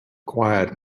quiet